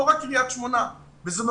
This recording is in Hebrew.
ולא רק עיריית קריית שמונה,